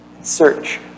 Search